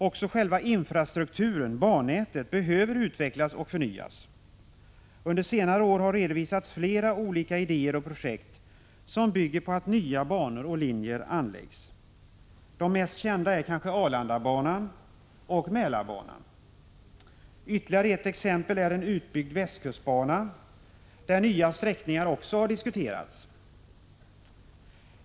Också själva infrastrukturen, bannätet, behöver utvecklas och förnyas. Under senare år har redovisats flera olika idéer och projekt, som bygger på att nya banor och linjer anläggs. De mest kända är kanske Arlandabanan och Mälarbanan. Ytterligare ett exempel är en utbyggd västkustbana, där nya sträckningar också har diskuterats.